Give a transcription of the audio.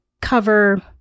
cover